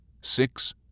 six